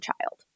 child